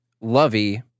Lovey